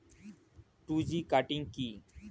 Two G cutting কি?